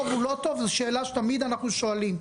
טוב או לא טוב זאת שאלה שתמיד אנחנו שואלים.